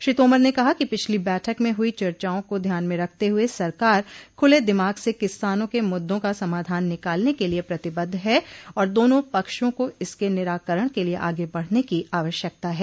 श्री तोमर ने कहा कि पिछली बैठक में हुई चर्चाओं को ध्यान में रखते हुए सरकार खुले दिमाग से किसानों के मुद्दों का समाधान निकालने के लिए प्रतिबद्ध है और दोनों पक्षों को इसके निराकरण के लिए आगे बढ़ने की आवश्यकता है